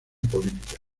política